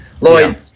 Lloyd